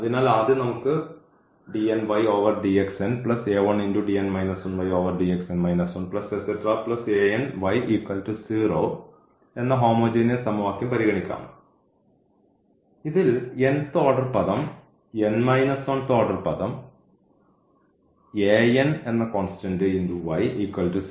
അതിനാൽ ആദ്യം നമുക്ക് എന്ന ഹോമോജീനിയസ് സമവാക്യം പരിഗണിക്കാം ഇതിൽ ഓർഡർ പദം ഓർഡർ പദം കോൺസ്റ്റന്റ് ആണ്